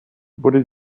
wurde